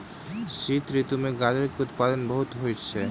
शीत ऋतू में गाजर के उत्पादन बहुत होइत अछि